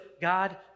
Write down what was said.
God